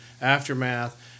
Aftermath